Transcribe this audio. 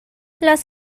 las